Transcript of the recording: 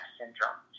syndrome